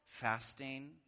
fasting